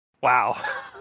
Wow